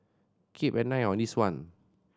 keep an eye on this one